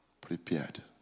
prepared